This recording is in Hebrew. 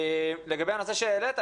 לגבי הנושא שהעלית,